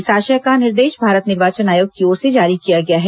इस आशय का निर्देश भारत निर्वाचन आयोग की ओर से जारी किया गया है